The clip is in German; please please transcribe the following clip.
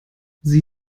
sie